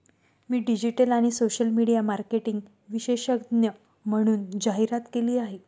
मी digital आणि social media marketing विशेषज्ञ म्हणून जाहिरात केली आहे